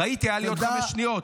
ראיתי, היו לי עוד חמש שניות.